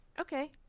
Okay